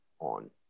on